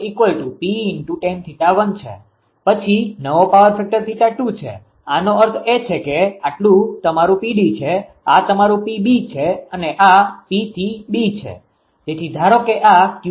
પછી નવો power factor 𝜃2 છે આનો અર્થ એ છે કે આટલું તમારું PD છે આ તમારું PB છે અને આ Pથી B છે